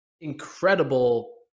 incredible